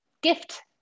gift